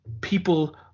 people